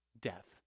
death